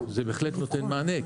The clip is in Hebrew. זה בהחלט נותן מענה,